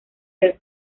del